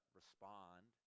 respond